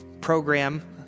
program